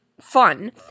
fun